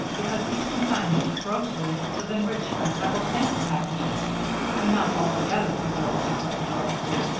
because each consignment of groceries was enriched by several sample packages enough altogether, the girls declared joyously,